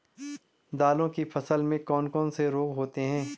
दालों की फसल में कौन कौन से रोग होते हैं?